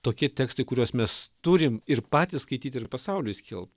tokie tekstai kuriuos mes turim ir patys skaityti ir pasauliui skelbt